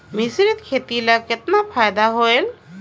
मिश्रीत खेती ल कतना फायदा होयल?